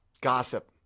gossip